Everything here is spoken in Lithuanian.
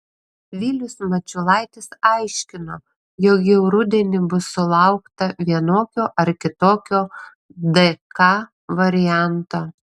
vilius mačiulaitis aiškino jog jau rudenį bus sulaukta vienokio ar kitokio dk varianto